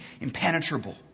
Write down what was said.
impenetrable